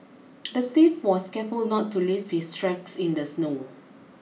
the thief was careful not to leave his tracks in the snow